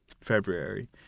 February